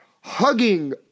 hugging